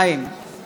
הזוי,